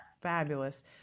Fabulous